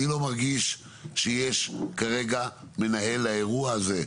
שיש כרגע מנהל לאירוע הזה,